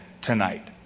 tonight